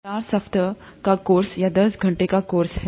यह चार सप्ताह का कोर्स या दस घंटे का कोर्स है